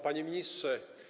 Panie Ministrze!